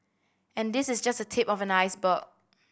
and this is just the tip of the iceberg